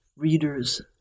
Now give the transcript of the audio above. Readers